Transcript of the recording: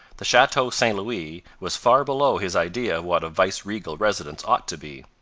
the chateau st louis was far below his idea of what a viceregal residence ought to be.